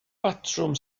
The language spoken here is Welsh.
batrwm